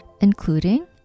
including